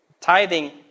Tithing